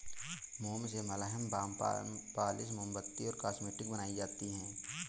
मोम से मलहम, बाम, पॉलिश, मोमबत्ती और कॉस्मेटिक्स बनाई जाती है